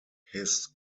his